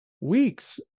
weeks